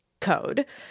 code